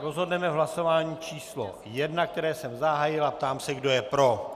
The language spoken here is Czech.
Rozhodneme v hlasování číslo 1, které jsem zahájil, a ptám se kdo je pro.